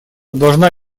должна